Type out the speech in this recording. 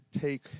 take